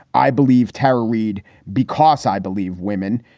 i believe tara reid because i believe women.